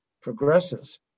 progresses